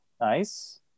Nice